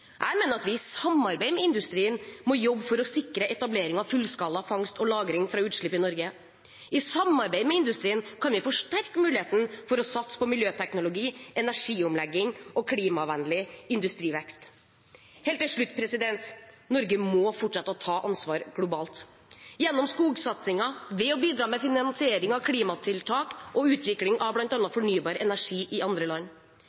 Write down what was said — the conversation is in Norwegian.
Jeg mener at vi i samarbeid med industrien må jobbe for å sikre etablering av fullskala fangst og lagring fra utslipp i Norge. I samarbeid med industrien kan vi forsterke muligheten for å satse på miljøteknologi, energiomlegging og klimavennlig industrivekst. Helt til slutt: Norge må fortsette å ta ansvar globalt, gjennom skogsatsingen og ved å bidra med finansiering av klimatiltak og utvikling av bl.a. fornybar energi i andre land.